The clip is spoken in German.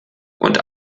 und